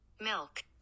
Milk